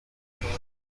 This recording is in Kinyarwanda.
voice